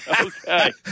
Okay